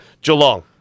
Geelong